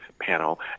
panel